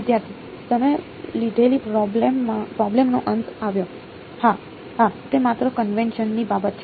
વિદ્યાર્થી તમે લીધેલી પ્રોબ્લેમ નો અંત આવ્યો હા હા તે માત્ર કન્વેન્શન ની બાબત છે